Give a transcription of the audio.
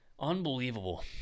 Unbelievable